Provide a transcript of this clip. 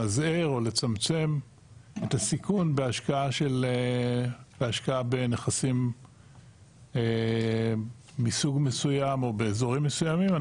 למזער או לצמצם את הסיכון בהשקעה בנכסים מסוג מסוים או באזורים מסוימים.